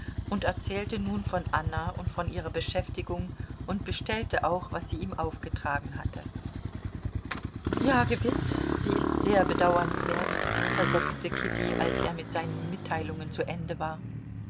und erzählte nun von anna und von ihrer beschäftigung und bestellte auch was sie ihm aufgetragen hatte ja gewiß sie ist sehr bedauernswert versetzte kitty als er mit seinen mitteilungen zu ende war